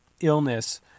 illness